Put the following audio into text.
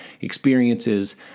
experiences